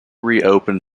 reopened